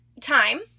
time